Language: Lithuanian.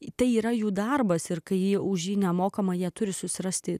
į tai yra jų darbas ir kai ji už nemokamą jie turi susirasti